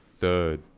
third